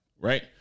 right